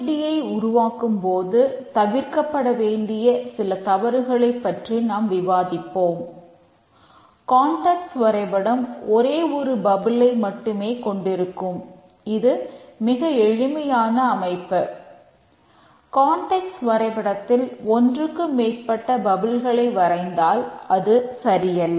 D F T வரைந்தால் அது சரியல்ல